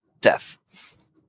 death